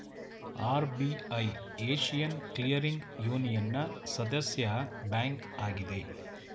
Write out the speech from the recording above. RBI Asian clearing ಯೂನಿಯನ್ನ ಸದಸ್ಯ bank ಆಗಿದೆ